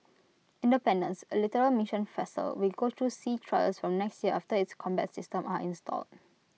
independence A littoral mission vessel will go through sea trials from next year after its combat systems are installed